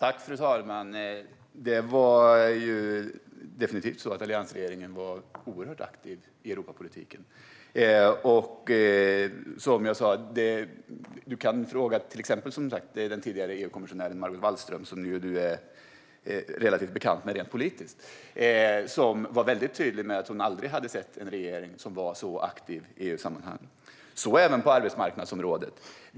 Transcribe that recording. Fru talman! Det var definitivt så att alliansregeringen var oerhört aktiv i Europapolitiken. Fråga till exempel den tidigare EU-kommisionären Margot Wallström, som ju du, Patrik Björck, är relativt bekant med rent politiskt. Hon var väldigt tydlig med att hon aldrig hade sett en regering som var så aktiv i EU-sammanhang. Detsamma gäller på arbetsmarknadsområdet.